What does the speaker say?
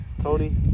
Tony